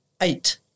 Eight